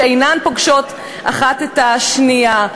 שאינן פוגשות האחת את השנייה.